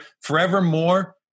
forevermore